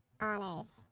honors